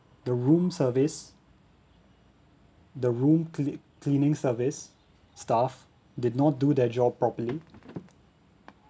the room service the room clea~ cleaning service staff did not do their job properly